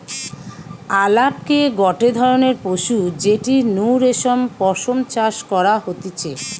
আলাপকে গটে ধরণের পশু যেটির নু রেশম পশম চাষ করা হতিছে